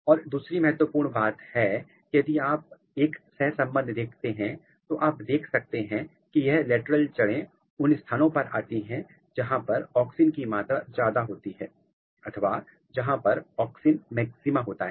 और दूसरी महत्वपूर्ण बात है कि यदि आप एक सहसंबंध देखते हैं तो आप देख सकते हैं कि यह लेटरल जड़े उन स्थानों पर आती हैं जहां पर ऑक्सिन की मात्रा ज्यादा होती है अथवा जहां पर ऑक्सिन मैक्सिमा होता है